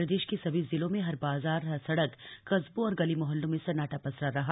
प्रदेश के सभी जिलों में हर बाजार हर सड़क कस्बों और गली मोहल्लों में सन्नाटा पसरा रहा